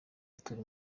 turi